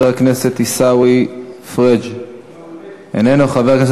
חבר הכנסת עיסאווי פריג' אינו נוכח,